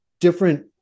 different